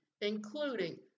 including